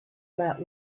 about